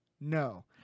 No